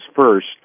first